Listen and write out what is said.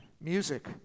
music